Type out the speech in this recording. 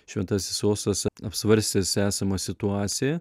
šventasis sostas apsvarstęs esamą situaciją